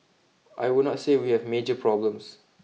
I would not say we have major problems